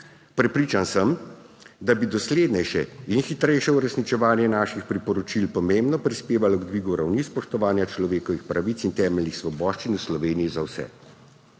Prepričan sem, da bi doslednejše in hitrejše uresničevanje naših priporočil pomembno prispevalo k dvigu ravni spoštovanja človekovih pravic in temeljnih svoboščin v Sloveniji za vse.